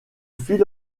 fil